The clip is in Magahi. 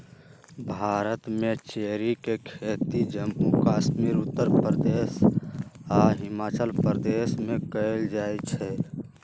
भारत में चेरी के खेती जम्मू कश्मीर उत्तर प्रदेश आ हिमाचल प्रदेश में कएल जाई छई